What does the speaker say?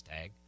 tag